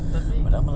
tapi